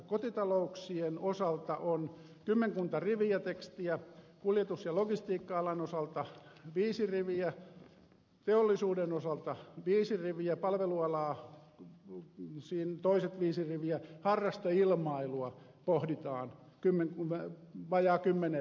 kotitalouksien osalta on kymmenkunta riviä tekstiä kuljetus ja logistiikka alan osalta viisi riviä teollisuuden osalta viisi riviä palvelualaa toiset viisi riviä harrasteilmailua pohditaan vajaa kymmenen riviä